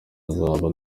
azaba